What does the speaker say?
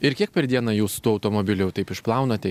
ir kiek per dieną jūs tų automobilių jau taip išplaunate